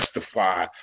justify